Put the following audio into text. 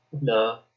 No